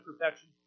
perfection